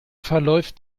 verläuft